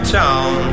town